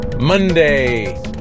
Monday